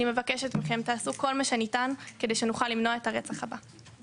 אני מבקשת מכם: תעשו כל מה שניתן כדי שנוכל למנוע את הרצח הבא.